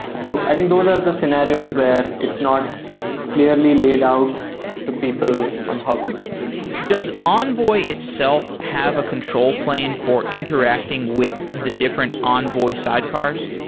so i think those are the scenarios where it's not clearly laid out to people on how to do it does envoy itself have a control plane for interacting with the different envoy sidecars?